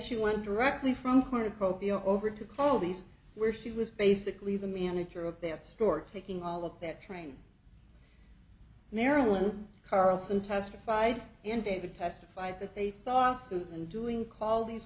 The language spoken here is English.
she went directly from cornucopia over to call these where she was basically the manager of that sport taking all of that training marilyn carlson testified in day to testify that they saw suits and doing call these